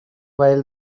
while